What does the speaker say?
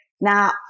Now